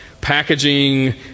packaging